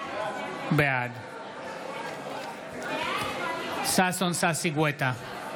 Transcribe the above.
בעד ששון ששי גואטה,